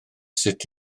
sut